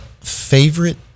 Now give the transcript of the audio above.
Favorite